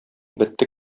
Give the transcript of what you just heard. бетте